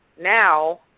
now